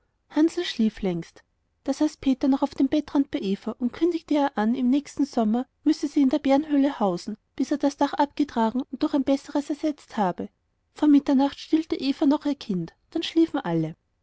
hansl schlief längst da saß peter noch auf dem bettrand bei eva und kündigte ihr an im nächsten sommer müsse sie in der bärenhöhle hausen bis er das dach abgetragen und durch ein besseres ersetzt habe vor mitternacht stillte eva noch ihr kind dann schliefen alle